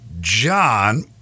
John